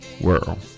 world